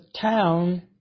town